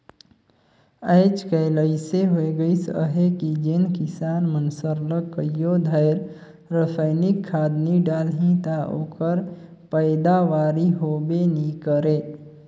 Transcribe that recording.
आएज काएल अइसे होए गइस अहे कि जेन किसान मन सरलग कइयो धाएर रसइनिक खाद नी डालहीं ता ओकर पएदावारी होबे नी करे